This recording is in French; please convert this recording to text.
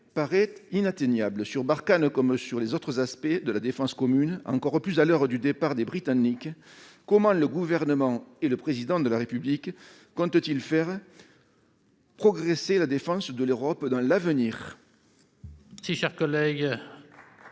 paraît inatteignable. Sur Barkhane comme sur les autres aspects de la défense commune, plus encore à l'heure du départ des Britanniques, comment le Gouvernement et le Président de la République comptent-ils faire progresser la défense de l'Europe à l'avenir ?